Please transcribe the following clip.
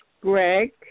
Greg